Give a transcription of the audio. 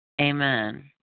Amen